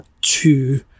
two